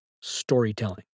storytelling